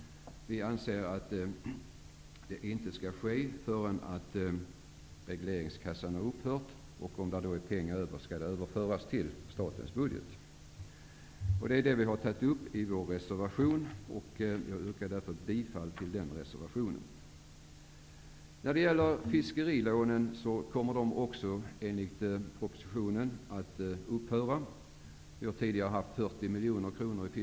Vi socialdemokrater anser att det inte bör ske förrän regleringskassan har upphört, och om det blir pengar över anser vi att de bör överföras till statens budget. Detta har vi tagit upp i vår reservation. Jag yrkar därför bifall till den reservationen. Fiskerilånen kommer också enligt propositionen att upphöra. Fiskerilånen har tidigare varit på 40 miljoner kronor.